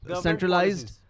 centralized